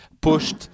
pushed